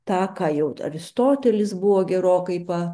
tą ką jau aristotelis buvo gerokai pa